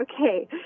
Okay